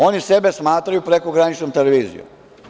Oni sebe smatraju prekograničnom televizijom.